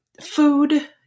food